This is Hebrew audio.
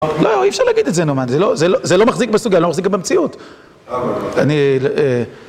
לא, אי אפשר להגיד את זה נאמן, זה לא מחזיק בסוגיה, זה לא מחזיק גם במציאות. אני אההה אני אההה